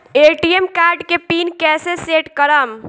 ATM card के PIN कैसे set करम?